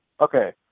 okay